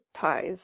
ties